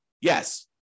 Yes